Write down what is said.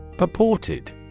Purported